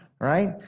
right